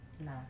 No